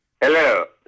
Hello